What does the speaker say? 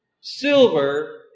Silver